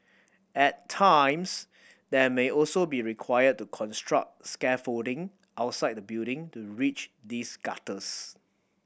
at times they may also be required to construct scaffolding outside the building to reach these gutters